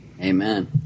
Amen